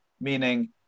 meaning